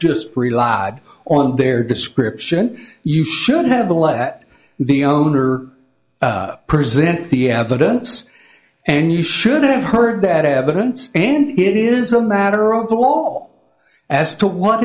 just relied on their description you should have been let the owner present the evidence and you should have heard that evidence and it is a matter of the law as to what